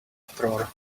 uproar